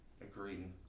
Agreed